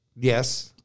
Yes